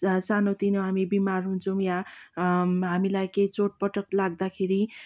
सानेतिनो हामी बिमार हुन्छौँ या हामीलाई केही चोटपटक लाग्दाखेरि